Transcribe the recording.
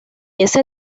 ese